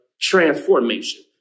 transformation